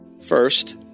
First